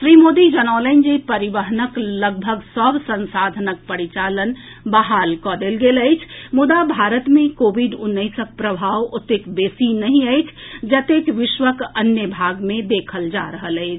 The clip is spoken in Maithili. श्री मोदी जनौलनि जे परिवहनक लगभग सभ संसाधनक परिचालन बहाल कऽ देल गेल अछि मुदा भारत मे कोविड उन्नैसक प्रभाव ओतेक बेसी नहि अछि जतेक विश्वक अन्य भाग मे देखल जा रहल अछि